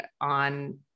on